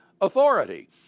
authority